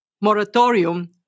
moratorium